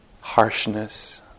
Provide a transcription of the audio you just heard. harshness